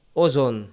ozon